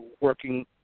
working